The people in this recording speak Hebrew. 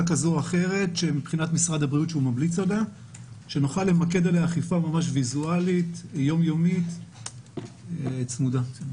כזו או אחרת שמשרד הבריאות ממליץ אכיפה ממש ויזואלית יומיומית צמודה.